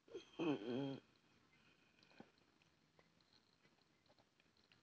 mm mm